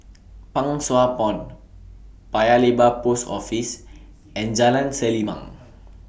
Pang Sua Pond Paya Lebar Post Office and Jalan Selimang